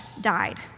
died